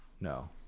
No